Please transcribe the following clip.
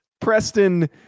preston